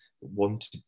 wanted